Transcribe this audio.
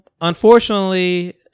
unfortunately